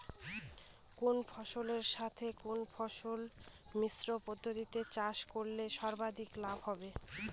কোন ফসলের সাথে কোন ফসল মিশ্র পদ্ধতিতে চাষ করলে সর্বাধিক লাভ হবে?